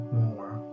more